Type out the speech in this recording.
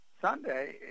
Sunday